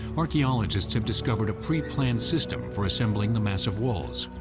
archaeologists have discovered a preplanned system for assembling the massive walls.